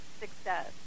success